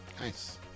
Nice